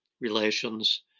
relations